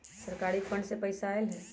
सरकारी फंड से पईसा आयल ह?